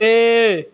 ਅਤੇ